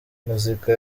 muzika